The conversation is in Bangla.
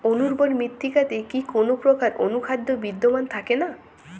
অনুর্বর মৃত্তিকাতে কি কোনো প্রকার অনুখাদ্য বিদ্যমান থাকে না?